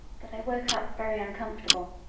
but i woke up very uncomfortable,